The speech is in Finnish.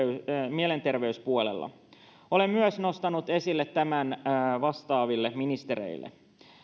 mielenterveyspuolella olen myös nostanut esille tämän vastaaville ministereille